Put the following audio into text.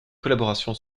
collaborations